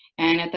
and,